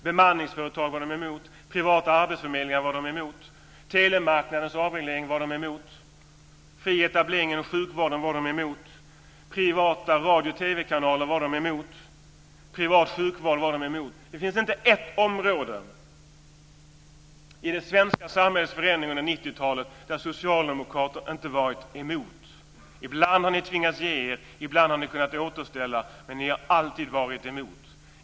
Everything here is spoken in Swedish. Bemanningsföretag var de emot. Privata arbetsförmedlingar var de emot. Telemarknadens avreglering var de emot. Fri etablering inom sjukvården var de emot. Privata radio och TV-kanaler var de emot. Privat sjukvård var de emot. Det finns inte ett område i det svenska samhällets förändring under 90-talet där socialdemokrater inte har varit emot. Ibland har ni tvingats ge er, ibland har ni kunnat återställa. Men ni har alltid varit emot.